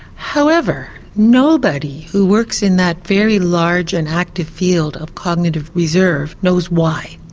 however, nobody who works in that very large and active field of cognitive reserve knows why.